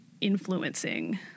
influencing